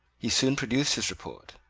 he soon produced his report.